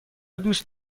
دوست